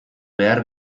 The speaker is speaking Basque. behar